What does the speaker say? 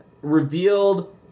revealed